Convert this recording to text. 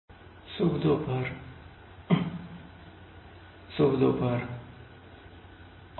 feed forward control अनुपात control शब्द संग्रह कंट्रोलर फीडबैक कंट्रोल तापमान त्रुटि control input feed forward control नियम